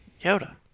Yoda